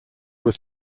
was